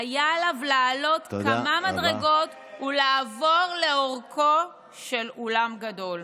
כדי להגיע לכיתה היה עליו לעלות כמה מדרגות ולעבור לאורכו של אולם גדול.